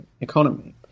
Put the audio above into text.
economy